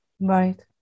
right